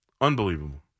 Unbelievable